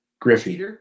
Griffey